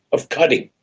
of cutting.